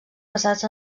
basats